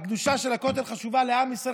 הקדושה של הכותל חשובה לעם ישראל,